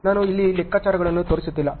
ನಾನು ಇಲ್ಲಿ ಲೆಕ್ಕಾಚಾರಗಳನ್ನು ತೋರಿಸುತ್ತಿಲ್ಲ